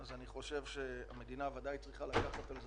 אני חושב שהמדינה ודאי צריכה לקחת על זה